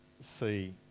see